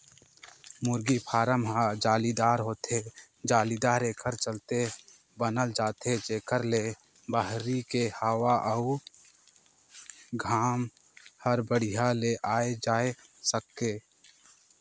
मुरगी फारम ह जालीदार होथे, जालीदार एकर चलते बनाल जाथे जेकर ले बहरी के हवा अउ घाम हर बड़िहा ले आये जाए सके